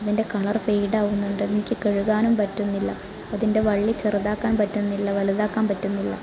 അതിൻ്റെ കളർ ഫേഡാകുന്നുണ്ട് എനിക്ക് കഴുകാനും പറ്റുന്നില്ല അതിൻ്റെ വള്ളി ചെറുതാക്കാൻ പറ്റുന്നില്ല വലുതാക്കാൻ പറ്റുന്നില്ല